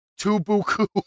Tubuku